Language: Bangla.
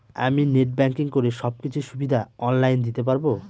আমি নেট ব্যাংকিং করে সব কিছু সুবিধা অন লাইন দিতে পারবো?